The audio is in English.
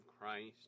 Christ